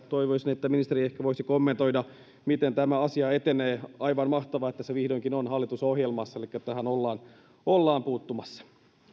toivoisin että ministeri ehkä voisi kommentoida miten tämä asia etenee aivan mahtavaa että se vihdoinkin on hallitusohjelmassa elikkä tähän ollaan puuttumassa